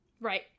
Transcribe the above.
right